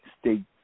state